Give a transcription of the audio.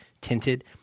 tinted